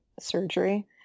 surgery